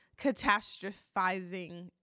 catastrophizing